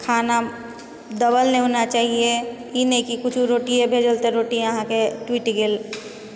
आओर खाना दबल नहि होना चाही ई नहि कि किछु रोटिए भेल तऽ रोटी अहाँके टुटि गेल